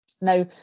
Now